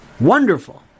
Wonderful